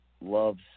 loves